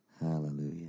Hallelujah